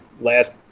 last